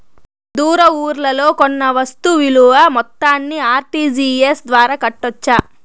దూర ఊర్లలో కొన్న వస్తు విలువ మొత్తాన్ని ఆర్.టి.జి.ఎస్ ద్వారా కట్టొచ్చా?